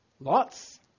Lots